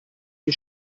die